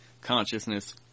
consciousness